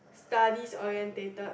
studies orientated